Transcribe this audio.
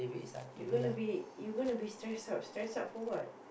you gonna be you gonna be stress out stress out for what